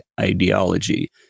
ideology